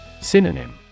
Synonym